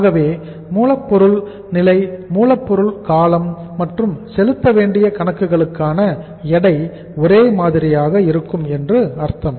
ஆகவே மூலப்பொருள் நிலை மூலப்பொருள் காலம் மற்றும் செலுத்த வேண்டிய கணக்குகளுக்கான எடை ஒரே மாதிரியாக இருக்கும் என்று அர்த்தம்